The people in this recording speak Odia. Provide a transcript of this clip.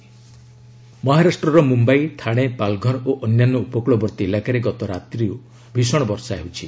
ମୁମ୍ବାଇ ରେନ୍ ମହାରାଷ୍ଟ୍ରର ମୁମ୍ବାଇ ଥାଣେ ପାଲଘର ଓ ଅନ୍ୟାନ୍ୟ ଉପକୂଳବର୍ତ୍ତୀ ଇଲାକାରେ ଗତ ରାତ୍ରିରୁ ଭୀଷଣ ବର୍ଷା ହେଉଛି